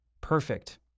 Perfect